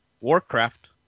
Warcraft